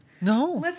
No